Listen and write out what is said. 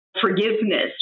forgiveness